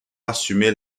assumer